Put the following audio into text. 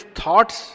thoughts